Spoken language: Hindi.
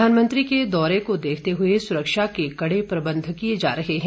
प्रधानमंत्री के दौरे को देखते हुए सुरक्षा के कड़े प्रबंध किए जा रहे हैं